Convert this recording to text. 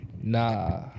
Nah